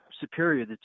superior